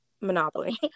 Monopoly